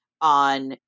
on